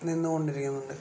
നിന്ന് കൊണ്ടിരിക്കുന്നുണ്ട്